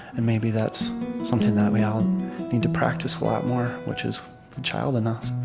and maybe that's something that we all need to practice a lot more, which is the child in us